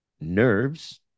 nerves